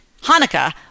Hanukkah